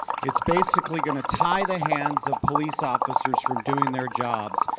it's basically going to tie the hands of police officers from doing their jobs.